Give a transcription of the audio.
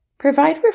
Provide